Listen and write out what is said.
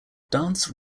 dance